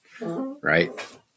right